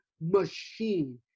machine